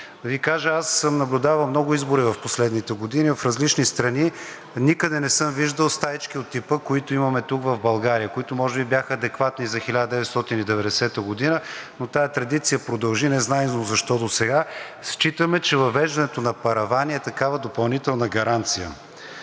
Ви кажа, аз съм наблюдавал много избори в последните години в различни страни, никъде не съм виждал стаички от типа, които имаме тук в България, които може би бяха адекватни за 1990 г., но тази традиция продължи незнайно защо досега. Считаме, че въвеждането на паравани е такава допълнителна гаранция.